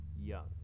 Young